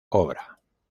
obra